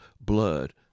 blood